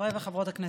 חברי וחברות הכנסת,